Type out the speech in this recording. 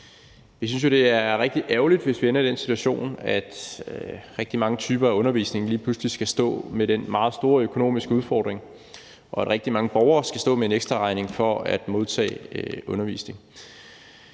Vi synes, det er rigtig ærgerligt, hvis vi ender i den situation, at man inden for rigtig mange typer af undervisning lige pludselig skal stå med den meget store økonomiske udfordring, og at rigtig mange borgere skal stå med en ekstraregning for at modtage undervisning.